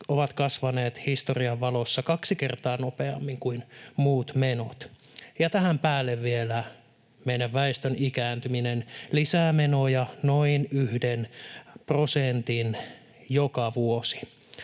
ovat kasvaneet historian valossa kaksi kertaa nopeammin kuin muut menot, ja tähän päälle vielä meidän väestön ikääntyminen lisää menoja noin yhden prosentin joka vuosi,